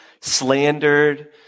slandered